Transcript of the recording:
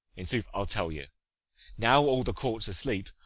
in sooth, i ll tell you now all the court s asleep,